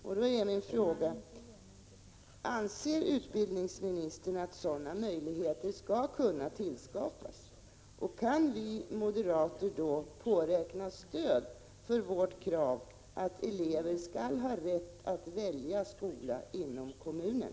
Min fråga är: Anser utbildningsministern att sådana möjligheter skall kunna tillskapas? Kan vi moderater då påräkna stöd för vårt krav att elever skall ha rätt att välja skola inom kommunen?